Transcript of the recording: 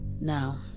Now